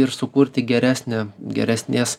ir sukurti geresnę geresnės